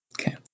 Okay